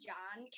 John